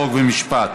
חוק ומשפט.